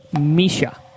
Misha